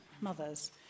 mothers